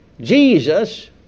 Jesus